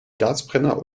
gasbrenner